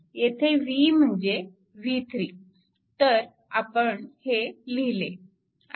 येथे v म्हणजे v3 तर आपण हे लिहिले